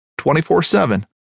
24-7